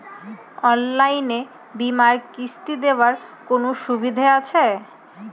অনলাইনে বীমার কিস্তি দেওয়ার কোন সুবিধে আছে?